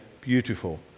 beautiful